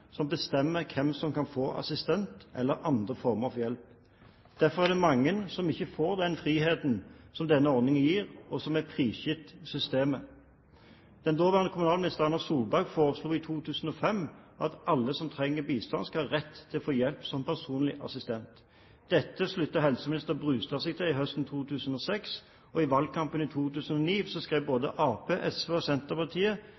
som bestemmer hvem som kan få assistent eller andre former for hjelp. Derfor er det mange som ikke får den friheten som denne ordningen gir, og som er prisgitt systemet. Den daværende kommunalministeren, Erna Solberg, foreslo i 2005 at alle som trenger bistand, skal ha rett til å få hjelp av en personlig assistent. Dette sluttet helseminister Brustad seg til høsten 2006, og i valgkampen i 2009